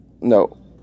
no